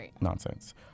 nonsense